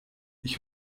ich